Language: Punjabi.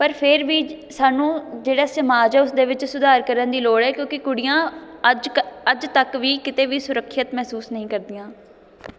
ਪਰ ਫ਼ਿਰ ਵੀ ਸਾਨੂੰ ਜਿਹੜਾ ਸਮਾਜ ਆ ਉਸਦੇ ਵਿੱਚ ਸੁਧਾਰ ਕਰਨ ਦੀ ਲੋੜ ਹੈ ਕਿਉਂਕਿ ਕੁੜੀਆਂ ਅੱਜ ਕੱ ਅੱਜ ਤੱਕ ਵੀ ਕਿਤੇ ਵੀ ਸੁਰੱਖਿਅਤ ਮਹਿਸੂਸ ਨਹੀਂ ਕਰਦੀਆਂ